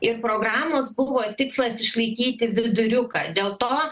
ir programos buvo tikslas išlaikyti viduriuką dėl to